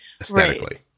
aesthetically